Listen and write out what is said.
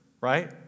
right